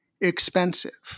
expensive